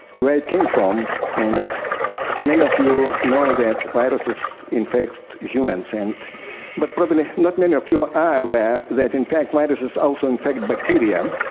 where it came from, and many of you know that viruses infect humans and but probably not many of you are aware that in fact viruses also infect bacteria,